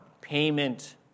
payment